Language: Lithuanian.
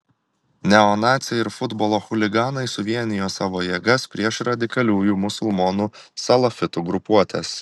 neonaciai ir futbolo chuliganai suvienijo savo jėgas prieš radikaliųjų musulmonų salafitų grupuotes